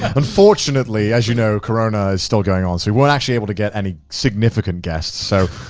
unfortunately, as you know, corona is still going on. so we weren't actually able to get any significant guests. so,